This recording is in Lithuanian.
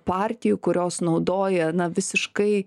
partijų kurios naudoja na visiškai